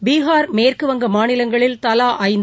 பீகார் மேற்குவங்க மாநிலங்களில் தலா ஐந்து